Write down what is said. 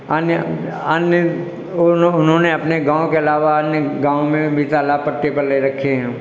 अन्य अन्य उन्होंने अपने गाँव के अलावा अन्य गाँव में भी तालाब पट्टे पर ले रखे हैं